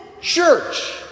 church